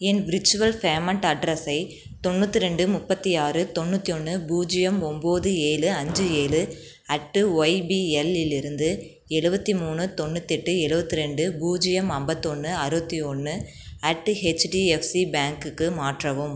என் virtual payment அட்ரஸை தொண்ணூற்றிரெண்டு முப்பத்தி ஆறு தொண்ணூற்றி ஒன்று பூஜ்ஜியம் ஒம்பது ஏழு அஞ்சு ஏழு அட்டு ஒய்பிஎல்லிலிருந்து எழுபத்தி மூணு தொண்ணூத்தெட்டு எழுபத்ரெண்டு பூஜ்ஜியம் ஐம்பத்தொன்னு அறுபத்தி ஒன்று அட்டு ஹெச்டிஎஃப்சி பேங்குக்கு மாற்றவும்